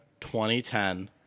2010